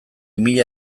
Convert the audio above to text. mila